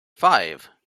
five